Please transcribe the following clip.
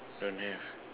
don't have